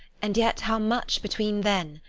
and yet how much between then,